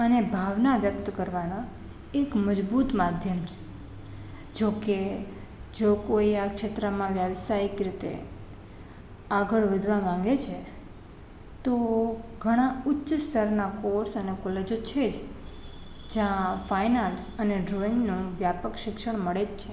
અને ભાવના વ્યક્ત કરવાના એક મજબૂત માધ્યમ છે જોકે જો કોઈ આ ક્ષેત્રમાં વ્યવસાયીક રીતે આગળ વધવા માંગે છે તો ઘણાં ઉચ્ચ સ્તરના કોર્ષ અને કોલેજો છેજ જ્યાં ફાઇન આર્ટસ અને ડ્રોઇંગનું વ્યાપક શિક્ષણ મળે જ છે